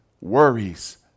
worries